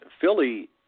Philly